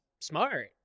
smart